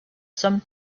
some